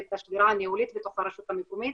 ואת השדרה הניהולית בתוך הרשות המקומית